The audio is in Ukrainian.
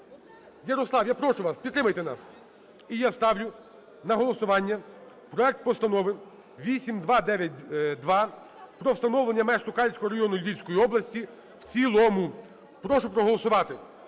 Ярослав, я прошу вас, підтримайте нас. І я ставлю на голосування проект Постанови 8292 про встановлення меж Сокальського району Львівської області в цілому. Прошу проголосувати,